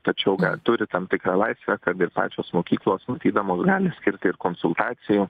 tačiau turi tam tikrą laisvę kad ir pačios mokyklos matydamos gali skirti ir konsultacijų